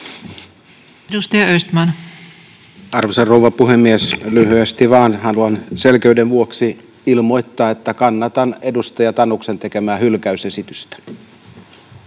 Content: Arvoisa rouva puhemies! Lyhyesti vain haluan selkeyden vuoksi ilmoittaa, että kannatan edustaja Tanuksen tekemää hylkäysesitystä.